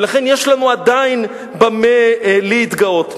ולכן יש לנו עדיין במה להתגאות.